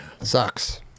Sucks